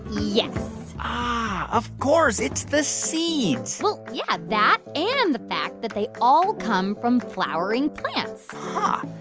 yes of course, it's the seeds well, yeah, that and the fact that they all come from flowering plants huh.